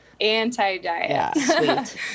anti-diet